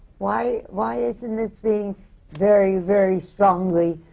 why why isn't this being very, very strongly,